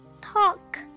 talk